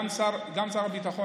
גם שר הביטחון,